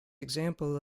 example